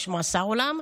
יש מאסר עולם,